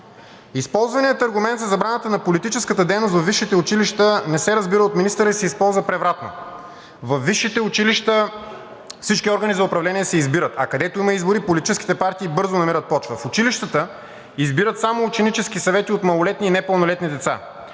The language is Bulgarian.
Използваният аргумент за забраната на политическата дейност във висшите училища не се разбира от министъра и се използва превратно. Във висшите училища всички органи за управление се избират, а където има избори, политическите партии бързо намират почва. В училищата избират само ученически съвети от малолетни и непълнолетни деца.